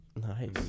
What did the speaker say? Nice